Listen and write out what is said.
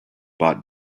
bought